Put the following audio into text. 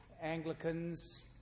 Anglicans